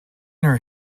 her